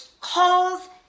calls